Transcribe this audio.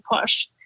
push